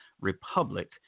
Republic